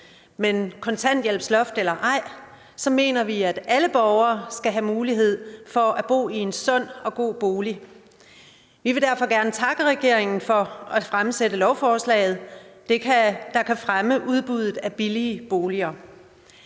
er kontanthjælpsloft eller ej, mener vi, at alle borgere skal have mulighed for at bo i en sund og god bolig. Vi vil derfor gerne takke regeringen for at fremsætte lovforslaget, der kan fremme udbuddet af billige boliger.